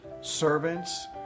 Servants